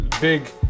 big